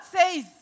says